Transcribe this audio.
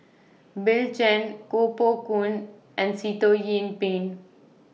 Bill Chen Koh Poh Koon and Sitoh Yih Pin